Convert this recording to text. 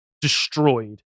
destroyed